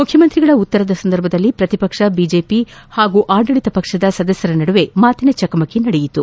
ಮುಖ್ಯಮಂತ್ರಿಗಳ ಉತ್ತರದ ಸಂದರ್ಭದಲ್ಲಿ ಪ್ರತಿಪಕ್ಷ ಬಿಜೆಪಿ ಹಾಗೂ ಆಡಳಿತ ಪಕ್ಷದ ಸದಸ್ಕರ ನಡುವೆ ಮಾತಿನ ಚಕಮಕಿ ನಡೆಯಿತು